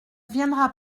viendra